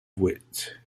wit